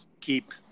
keep